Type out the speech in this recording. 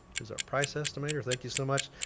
he's our price estimator, thank you so much.